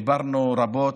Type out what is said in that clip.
דיברנו רבות,